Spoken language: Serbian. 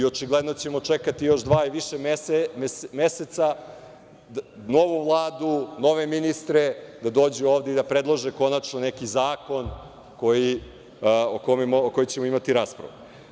Očigledno ćemo čekati još dva ili više meseca novu Vladu, novu ministre da dođu ovde i da predlože konačno neki zakon o kome ćemo imati raspravu.